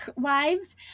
lives